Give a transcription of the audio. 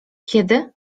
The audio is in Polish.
kiedy